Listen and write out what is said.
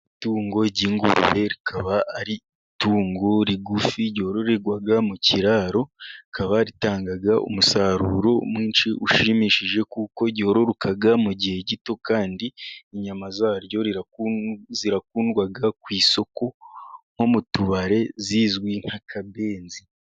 Itungo ry'ingurube rikaba ari i tungo rigufi ryororerwa mu kiraro rikaba ritanga umusaruro mwinshi ushimishije, kuko ryororoka mu gihe gito kandi inyama zaryo zikundwa ku isoko nko mu tubari zizwi nk'akabenzi.